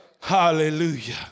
Hallelujah